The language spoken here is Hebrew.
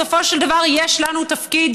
בסופו של דבר יש לנו תפקיד,